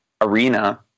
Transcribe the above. arena